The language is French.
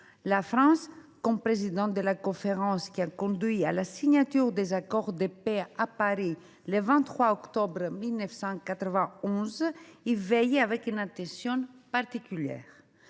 La France, coprésidente de la conférence qui a conduit à la signature des accords de paix à Paris, le 23 octobre 1991, y veille avec une attention particulière.